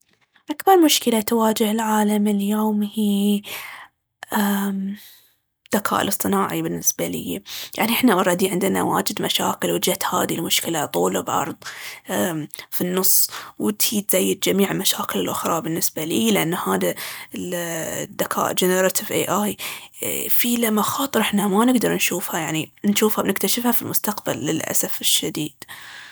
أكبر مشكلة تواجه العالم اليوم هي أمم الذكاء الاصطناعي بالنسبة ليي. يعني إحنا ورادي عندنا واجد مشاكل، وجت هاذي المشكلة طول بعرض في النص وتجي تزيد جميع المشاكل الأخرى بالنسبة ليي لأن هذا الذكاء ال"جينيراتيف إيه آي" في ليه لمخاطر إحنا ما نقدر نشوفها ينعني نجوفها، بنكتشفها في المستقبل للأسف الشديد.